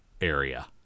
area